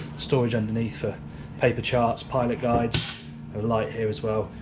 storage underneath for paper charts, pilot guides, a light here as well,